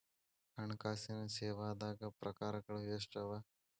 ಹಣ್ಕಾಸಿನ್ ಸೇವಾದಾಗ್ ಪ್ರಕಾರ್ಗಳು ಎಷ್ಟ್ ಅವ?